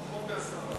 פחות מ-10%.